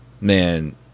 man